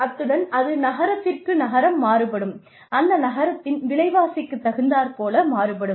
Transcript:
அத்துடன் அது நகரத்திற்கு நகரம் மாறுபடும் அந்த நகரத்தின் விலைவாசிக்கு தகுந்தார் போல மாறுபடும்